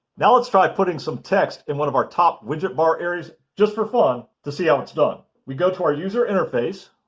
now, let's try putting some text in one of our top widget bar areas just for fun and to see how it's done. we go to our user interface.